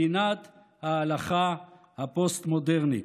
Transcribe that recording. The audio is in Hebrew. מדינת ההלכה הפוסט-מודרנית.